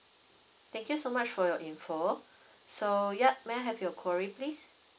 thank you so much for your info so yup may I have your query please